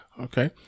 Okay